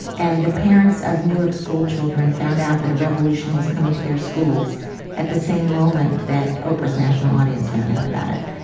and the parents of newark school children found out that a revolution was coming to their schools at the same moment that oprah's national audience found out about it.